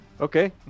Okay